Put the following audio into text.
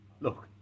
look